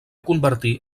convertir